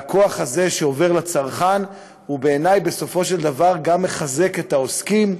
והכוח הזה שעובר לצרכן הוא בעיני בסופו של דבר גם מחזק את העוסקים,